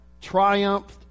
triumphed